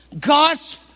God's